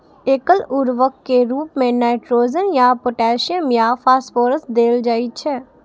एकल उर्वरक के रूप मे नाइट्रोजन या पोटेशियम या फास्फोरस देल जाइ छै